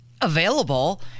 available